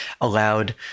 allowed